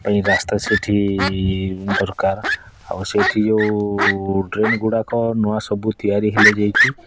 ରାସ୍ତା ସେଇଠି ଦରକାର ଆଉ ସେଇଠି ଯେଉଁ ଡ଼୍ରେନ୍ଗୁଡ଼ାକ ନୂଆ ସବୁ ତିଆରି ହେଲେ ଯାଇକି